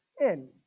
Sin